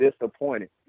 disappointed